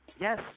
yes